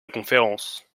conférence